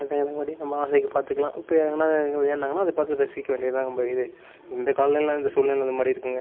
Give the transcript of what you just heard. அது மாதிரி நம்ம ஆசைக்கு பார்த்துக்கலாம் இப்போ எங்கனா விளையாடினாங்கன்னால் அதை பார்த்து ரசிக்க வேண்டியது தான் நம்ம இது இந்த காலங்கள் இந்த சூழ்நிலையில் அந்த மாதிரி இருக்குதுங்க